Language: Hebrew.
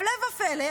הפלא ופלא,